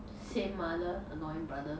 same mother annoying brother